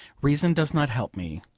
reason does not help me.